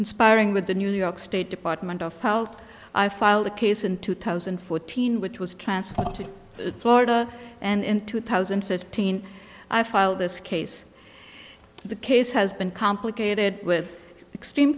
conspiring with the new york state department of health i filed a case in two thousand and fourteen which was transferred to florida and in two thousand and fifteen i filed this case the case has been complicated with extreme